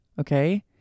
Okay